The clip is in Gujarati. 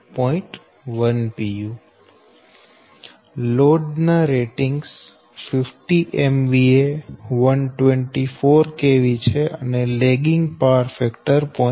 10 pu લોડ ના રેટિંગ્સ 50 MVA 124 kV છે અને લેગીંગ પાવર ફેક્ટર 0